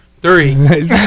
three